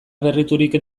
berriturik